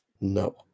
no